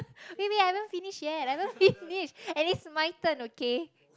eh wait I haven't finished yet I haven't finished and it's my turn okay